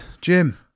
Jim